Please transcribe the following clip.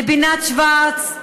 לבינת שוורץ,